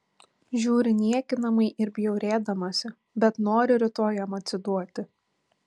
žiūri niekinamai ir bjaurėdamasi bet nori rytoj jam atsiduoti